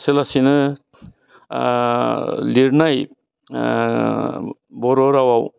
लासै लासैनो लिरनाय बर' रावाव